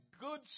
good